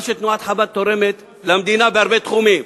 את מה שתנועת חב"ד תורמת למדינה בהרבה תחומים.